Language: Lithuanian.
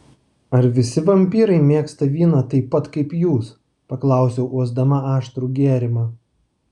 ar visi vampyrai mėgsta vyną taip pat kaip jūs paklausiau uosdama aštrų gėrimą